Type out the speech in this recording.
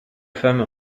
femme